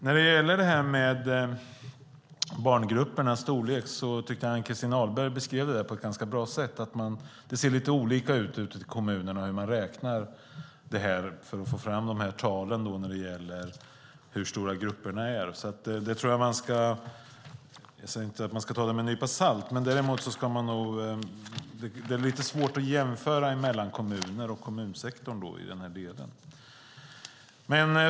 När det gäller barngruppernas storlek tycker jag att Ann-Christin Ahlberg beskrev det på ett ganska bra sätt. Hur man räknar för att få fram talen för hur stora grupperna är ser lite olika ut ute i kommunerna. Jag säger inte att man ska ta det med en nypa salt, men det är lite svårt att jämföra mellan kommuner och i kommunsektorn i den delen.